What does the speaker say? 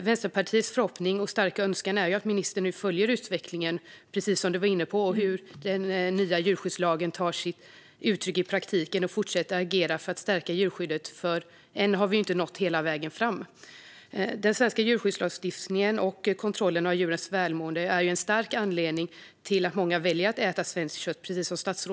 Vänsterpartiets förhoppning och starka önskan är att ministern, som hon var inne på, nu följer utvecklingen av hur den nya djurskyddslagen tar sig uttryck i praktiken och fortsätter att agera för att stärka djurskyddet, för än har vi inte nått hela vägen fram. Den svenska djurskyddslagstiftningen och kontrollerna av djurens välmående är, precis som statsrådet var inne på, en stark anledning till att många väljer att äta svenskt kött.